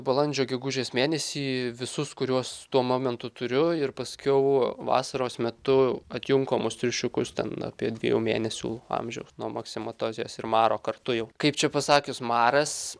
balandžio gegužės mėnesį visus kuriuos tuo momentu turiu ir paskiau vasaros metu atjunkomus triušiukus ten apie dviejų mėnesių amžiaus nuo maksimatozės ir maro kartu jau kaip čia pasakius maras